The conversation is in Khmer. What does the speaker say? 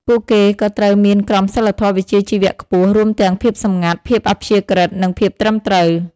ពួកគេក៏ត្រូវមានក្រមសីលធម៌វិជ្ជាជីវៈខ្ពស់ រួមទាំងភាពសម្ងាត់ ភាពអព្យាក្រឹត និងភាពត្រឹមត្រូវ។